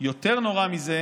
יותר נורא מזה